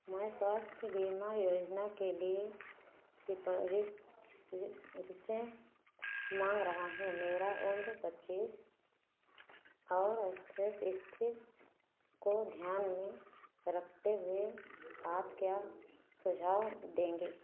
मैं स्वास्थ्य बीमा योजना के लिए सिफारिशें मांग रहा हूँ मेरा उम्र पचीस और स्थिति को ध्यान में रखते हुए आप क्या सुझाव देंगे